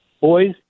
Boys